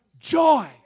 joy